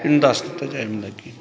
ਮੈਨੂੰ ਦੱਸ ਦਿੱਤਾ ਜਾਵੇ ਮਤਲਬ ਕਿ